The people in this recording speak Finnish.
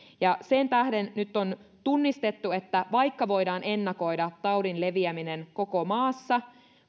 sen tähden nyt on tunnistettu että vaikka voidaan ennakoida taudin leviäminen koko maassa